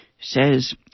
says